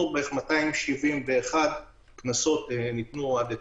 271 קנסות ניתנו עד אתמול.